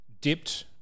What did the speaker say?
dipped